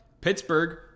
Pittsburgh